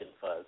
Fuzz